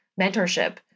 mentorship